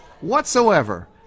whatsoever